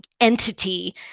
entity